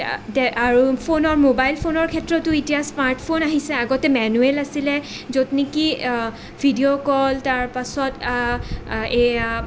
আৰু ফোনৰ ম'বাইল ফোনৰ ক্ষেত্ৰতো এতিয়া স্মাৰ্ট ফোন আহিছে আগতে মেনুৱেল আছিলে য'ত নেকি ভিডিঅ' কল তাৰ পাছত এইয়া